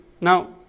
Now